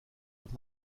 with